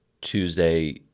Tuesday